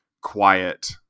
quiet